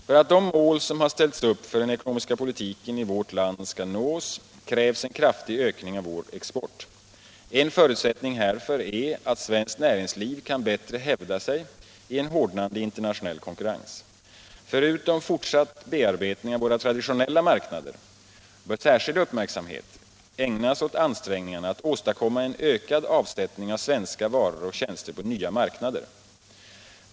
För att de mål som har ställts upp för den ekonomiska politiken i vårt land skall nås krävs en kraftig ökning av vår export. En förutsättning härför är att svenskt näringsliv kan bättre hävda sig i en hårdnande internationell konkurrens. Förutom fortsatt bearbetning av våra traditionella marknader bör särskild uppmärksamhet ägnas åt ansträngningarna att åstadkomma en ökad avsättning av svenska varor och tjänster på nya marknader.